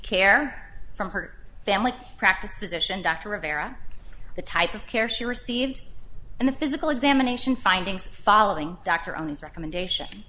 care from her family practice physician dr rivera the type of care she received and the physical examination findings following dr on his recommendation